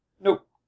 Nope